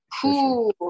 Cool